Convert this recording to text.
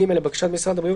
(ג) לבקשת משרד הבריאות,